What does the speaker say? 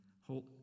hold